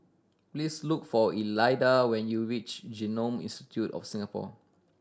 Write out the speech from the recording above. please look for Elida when you reach Genome Institute of Singapore